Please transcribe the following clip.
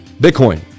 Bitcoin